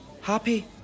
happy